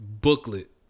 booklet